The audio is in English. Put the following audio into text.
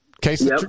Case